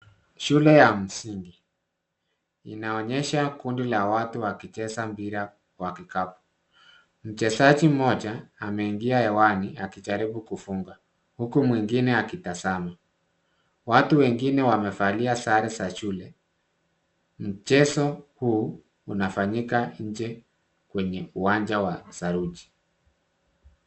Shule ya msingi. Inaonyesha kundi la watu wakicheza mpira wa kikapu. Mchezaji mmoja ameingia hewani akijaribu kufunga, huku mwingine akitazama. Watu wengine wamevalia sare za shule. Mchezo huu unafanyika nje kwenye uwanja wa saruji.